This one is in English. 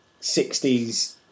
60s